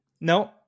No